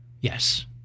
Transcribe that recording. yes